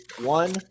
one